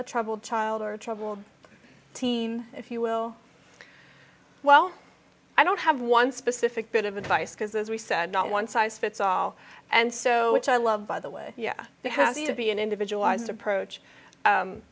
a troubled child or a troubled teen if you will well i don't have one specific bit of advice because as we said not one size fits all and so which i love by the way it has to be an individualized approach